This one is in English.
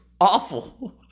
awful